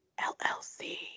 LLC